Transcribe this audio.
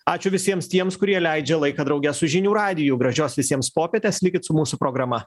ačiū visiems tiems kurie leidžia laiką drauge su žinių radiju gražios visiems popietės likit su mūsų programa